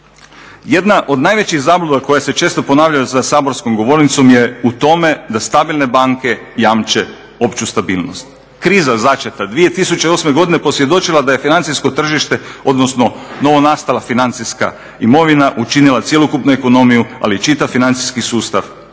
Jedna od najvećih zabluda koja se često ponavlja za saborskom govornicom je u tome da stabilne banke jamče opću stabilnost. Kriza začeta 2008. godine posvjedočila je da je financijsko tržište, odnosno novonastala financijska imovina učinila cjelokupnu ekonomiju ali i čitav financijski sustav